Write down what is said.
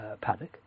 paddock